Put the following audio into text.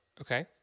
Okay